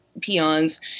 peons